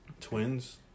Twins